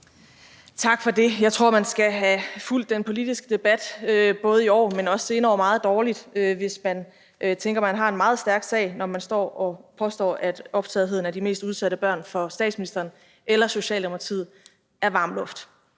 Tak for det. Jeg tror, man skal have fulgt den politiske debat både i år, men også tidligere, meget dårligt, hvis man tænker, at man har en meget stærk sag, når man står og påstår, at optagetheden af de mest udsatte børn for statsministeren eller Socialdemokratiet er varm luft.